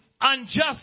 unjust